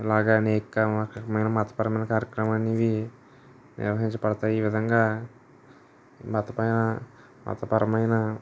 అలాగని ఇంకా మా మతపరమైన కార్యక్రమాలనేవి నిర్వహించబడతాయి ఈ విధంగా మతపైన మతపరమైన